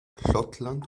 schottland